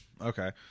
okay